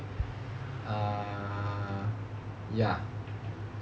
err ya